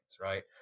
right